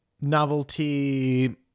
Novelty